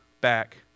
back